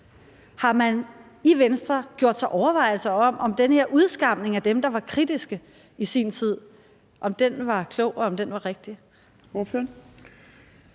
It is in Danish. Har man i Venstre gjort sig overvejelser om, om den her udskamning af dem, der var kritiske i sin tid, var klog og rigtig?